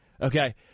Okay